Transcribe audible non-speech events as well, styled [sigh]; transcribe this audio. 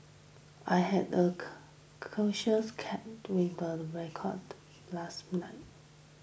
I had a [unintelligible] casual chat with a reporter last night